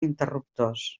interruptors